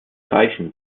zeichen